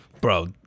bro